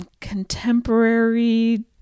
contemporary